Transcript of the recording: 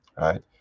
right